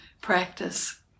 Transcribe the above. practice